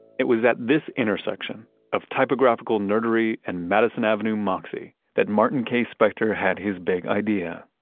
it was at this intersection of typographical nerdery and madison avenue moxie that martin k. speckter had his big idea.